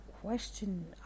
question